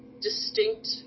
distinct